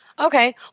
Okay